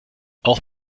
auch